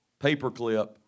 Paperclip